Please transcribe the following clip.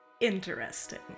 interesting